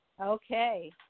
Okay